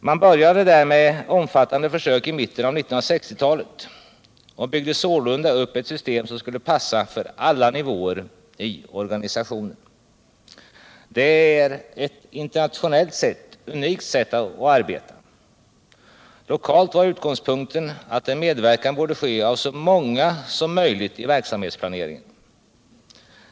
Man började där med omfattande försök i mitten av 1960-talet och byggde sålunda upp ett system som skulle passa för alla nivåer i organisationen. Det är ett internationellt sett unikt sätt att arbeta! Lokalt var utgångspunkten att en medverkan borde ske av så många som möjligt i verksamhetens planering.